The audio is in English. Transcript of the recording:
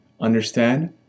understand